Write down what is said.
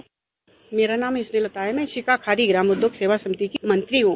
मेरा नाम स्नेहलता है मैं शिखा खादी ग्रामोद्योग सेवा समिति की मंत्री हूं